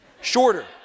Shorter